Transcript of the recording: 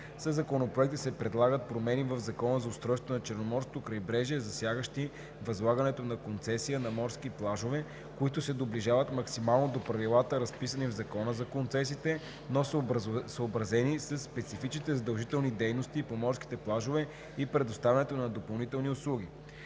Със Законопроекта се предлагат промени в Закона за устройството на Черноморското крайбрежие, засягащи възлагането на концесия на морски плажове, които се доближават максимално до правилата, разписани в Закона за концесиите, но съобразени със специфичните задължителни дейности по морските плажове и предоставянето на допълнителни услуги.